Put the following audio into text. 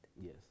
Yes